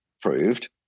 proved